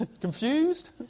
Confused